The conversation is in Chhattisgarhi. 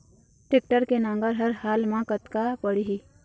टेक्टर के नांगर हर हाल मा कतका पड़िही?